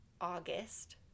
August